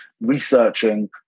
researching